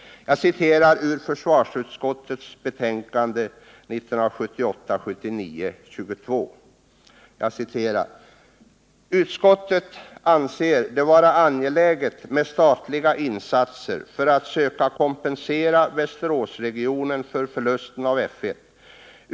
Jag citerar ur försvarsutskottets betänkande 1978/79:22: ”... utskottet anser det vara angeläget med statliga insatser för att söka kompensera Västeråsregionen för förlusten av F 1.